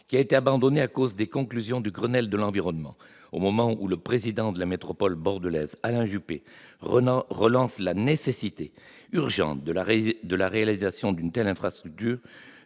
qui a été abandonné à cause des conclusions du Grenelle de l'environnement. Au moment où le président de la métropole bordelaise, Alain Juppé, pointe la nécessité urgente de réaliser une telle infrastructure,